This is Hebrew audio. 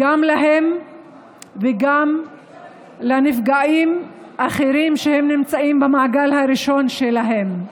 גם להם וגם לנפגעים אחרים שנמצאים במעגל הראשון שלהם.